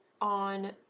on